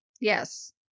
Yes